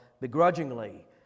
begrudgingly